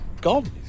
gone